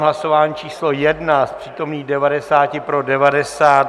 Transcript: V hlasování číslo 1 z přítomných 90 pro 90.